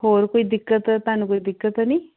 ਹੋਰ ਕੋਈ ਦਿੱਕਤ ਤੁਹਾਨੂੰ ਕੋਈ ਦਿੱਕਤ ਤਾਂ ਨਹੀਂ